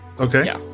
okay